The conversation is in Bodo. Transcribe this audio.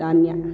दानिया